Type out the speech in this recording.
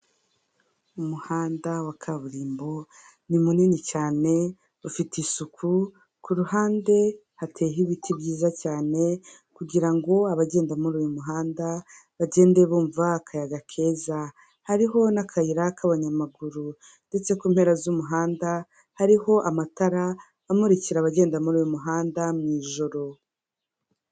Umuhanda wa kaburimbo ni munini cyane ufite isuku, ku ruhande hateye ibiti byiza cyane kugirango abagenda muri uyu muhanda bagende bumva akayaga keza, hariho n'akayira k'abanyamaguru ndetse ku mpera z'umuhanda hariho amatara amurikira abagenda muri uyu muhanda mu ijoro.